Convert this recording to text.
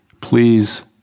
please